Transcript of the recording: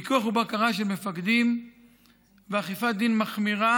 פיקוח ובקרה של מפקדים ואכיפת דין מחמירה